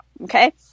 Okay